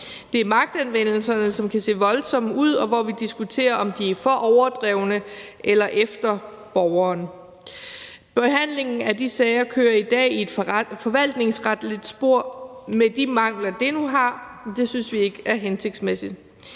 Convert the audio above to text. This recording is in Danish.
Det er af magtanvendelser, som kan se voldsomme ud, og hvor vi diskuterer, om de er for overdrevne eller man er efter borgeren. Behandlingen af de sager kører i dag i et forvaltningsretligt spor med de mangler, det nu har, og det synes vi ikke er hensigtsmæssigt.